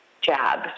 jab